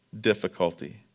difficulty